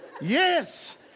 Yes